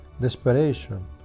desperation